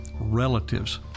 relatives